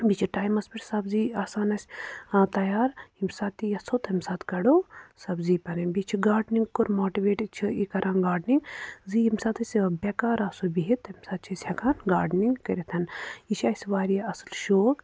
بیٚیہِ چھِ ٹایمَس پٮ۪ٹھ سبزی آسان اَسہِ تیار ییٚمہِ ساتہٕ تہِ یَژھو تَمہِ ساتہٕ کَڑو سبزی پَنٕنۍ بیٚیہِ چھِ گاڈنِنٛگ کوٚر ماٹٕویٹ یہِ چھِ یہِ کَران گاڈنِنٛگ زِ ییٚمہِ ساتہٕ أسۍ بٮ۪کار آسو بِہِتھ تَمہِ ساتہٕ چھِ أسۍ ہٮ۪کان گاڈںِنٛگ کٔرِتھ یہِ چھِ اَسہِ واریاہ اَصٕل شوق